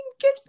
good